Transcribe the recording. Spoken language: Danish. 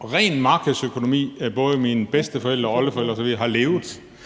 ren markedsøkonomi, at både mine bedsteforældre, oldeforældre osv. har levet.